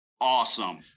Awesome